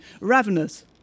Ravenous